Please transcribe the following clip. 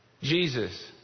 Jesus